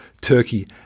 Turkey